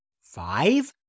five